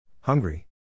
Hungry